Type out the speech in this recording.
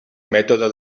mètode